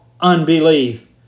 unbelief